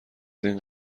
این